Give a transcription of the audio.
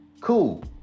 cool